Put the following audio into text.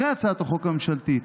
אחרי הצעת החוק הממשלתית,